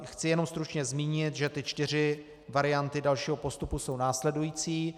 Chci jen stručně zmínit, že ty čtyři varianty dalšího postupu jsou následující.